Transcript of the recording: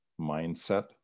mindset